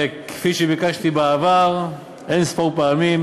כפי שביקשתי בעבר אין-ספור פעמים,